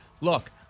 look